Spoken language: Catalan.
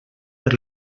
per